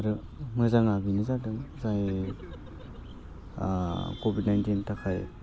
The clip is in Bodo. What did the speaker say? आरो मोजाङा बेनो जादों जाय कभिड नाइन्टिननि थाखाय